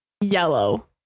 yellow